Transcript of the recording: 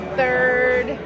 third